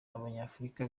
abanyafurika